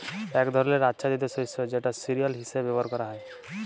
এক ধরলের আচ্ছাদিত শস্য যেটা সিরিয়াল হিসেবে ব্যবহার ক্যরা হ্যয়